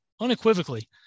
unequivocally